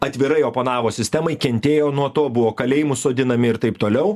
atvirai oponavo sistemai kentėjo nuo to buvo kalėjimus sodinami ir taip toliau